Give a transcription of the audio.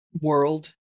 world